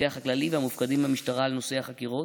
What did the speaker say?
המפקח הכללי והמופקדים במשטרה על נושא החקירות.